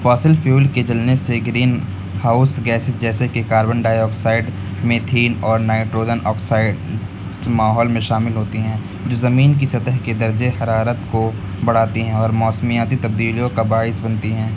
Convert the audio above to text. fossil fuel کے جلنے سے گرین ہاؤس گیسز جیسے کہ کاربن ڈائی آکسائڈ میتھین اور نائٹروجن آکسائڈ ماحول میں شامل ہوتی ہیں جو زمین کی سطح کے درجۂ حرارت کو بڑھاتی ہیں اور موسمیاتی تبدیلیوں کا باعث بنتی ہیں